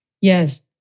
Yes